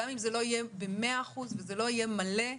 גם אם זה לא יהיה ב-100% וזה לא יהיה מלא.